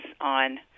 on